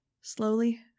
Slowly